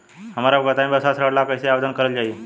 हमरा बताई कि व्यवसाय ऋण ला कइसे आवेदन करल जाई?